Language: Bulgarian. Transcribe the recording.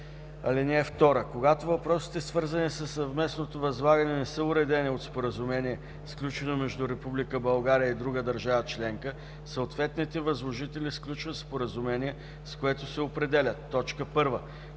по тях. (2) Когато въпросите, свързани със съвместното възлагане, не са уредени от споразумение, сключено между Република България и друга държава членка, съответните възложители сключват споразумение, с което се определят: 1.